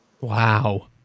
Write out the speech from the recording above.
Wow